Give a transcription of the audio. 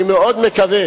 אני מאוד מקווה